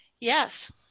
yes